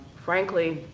frankly,